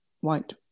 white